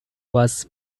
was